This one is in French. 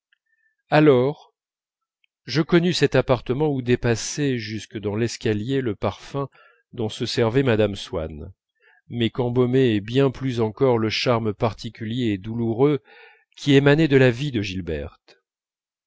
alors je connus cet appartement d'où dépassait jusque dans l'escalier le parfum dont se servait mme swann mais qu'embaumait bien plus encore le charme particulier et douloureux qui émanait de la vie de gilberte